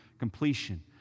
completion